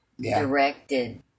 directed